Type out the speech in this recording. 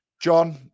John